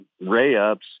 ray-ups